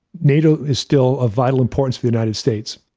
nato is still a vital importance to the united states.